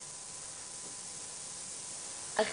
אקולוגיים.